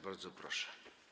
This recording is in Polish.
Bardzo proszę.